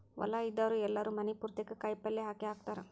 ಹೊಲಾ ಇದ್ದಾವ್ರು ಎಲ್ಲಾರೂ ಮನಿ ಪುರ್ತೇಕ ಕಾಯಪಲ್ಯ ಹಾಕೇಹಾಕತಾರ